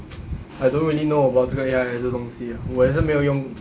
I don't really know about 这个 A_I 这个东西 ah 我也是没有用